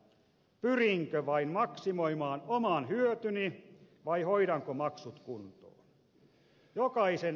pyrinkö vain maksimoimaan oman hyötyni vai hoidanko maksut kuntoon